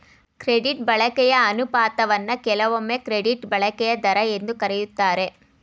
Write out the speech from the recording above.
credit ಬಳಕೆಯ ಅನುಪಾತವನ್ನ ಕೆಲವೊಮ್ಮೆ ಕ್ರೆಡಿಟ್ ಬಳಕೆಯ ದರ ಎಂದು ಕರೆಯುತ್ತಾರೆ